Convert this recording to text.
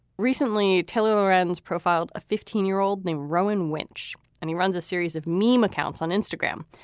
recently, taylor arends profiled a fifteen year old named rowan winch. and he runs a series of meme accounts on instagram.